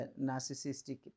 narcissistic